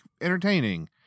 entertaining